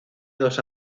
dos